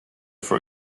for